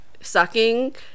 sucking